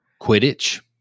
Quidditch